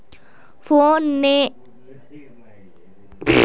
foreign exchange स सरकारक बहुत मात्रात फायदा ह छेक